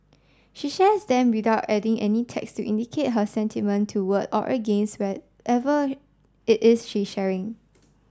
she shares them without adding any text to indicate her sentiment toward or against whatever it is she is sharing